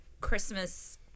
Christmas